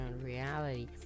reality